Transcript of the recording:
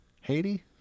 Haiti